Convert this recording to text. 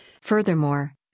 Furthermore